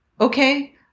okay